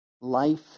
life